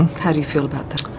how do you feel about that?